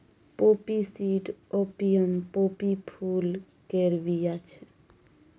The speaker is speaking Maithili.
पोपी सीड आपियम पोपी फुल केर बीया छै